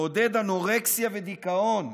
מעודד אנורקסיה ודיכאון.